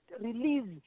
release